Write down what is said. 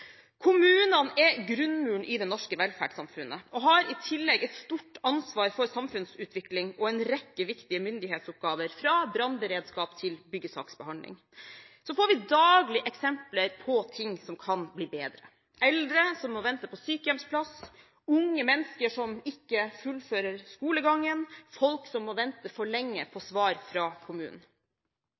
Kommunene er grunnmuren i det norske velferdssamfunnet, og har i tillegg et stort ansvar for samfunnsutvikling og en rekke viktige myndighetsoppgaver – fra brannberedskap til byggesaksbehandling. Så får vi daglig eksempler på ting som kan bli bedre. Det er eldre som må vente på sykehjemsplass, unge mennesker som ikke fullfører skolegangen og folk som må vente for lenge på svar fra kommunen.